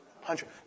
Hundred